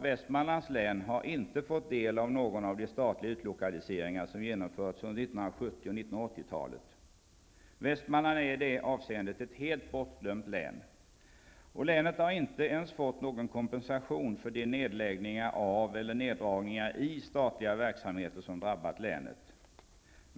Västmanlands län har inte fått del av någon av de statliga utlokaliseringar som genomförts under 1970 och 1980-talet. Västmanland är i detta avseende ett helt bortglömt län. Länet har inte ens fått någon kompensation för de nedläggningar av eller neddragningar i statliga verksamheter som drabbat länet.